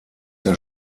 der